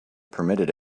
permitted